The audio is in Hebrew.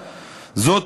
זאת,